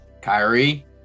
Kyrie